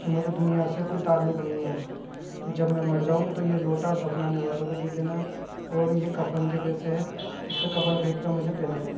کہ مجھے دنیا سے کوئی تعلق نہیں ہے کہ جب میں مر جاؤں تو یہ لوٹا دفنانے والوں کو دے دینا اور یہ کفن کے پیسے ہیں اس سے کفن خرید کر مجھے پہنا دینا